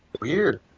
Weird